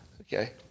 Okay